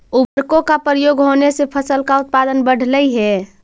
उर्वरकों का प्रयोग होने से फसल का उत्पादन बढ़लई हे